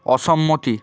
অসম্মতি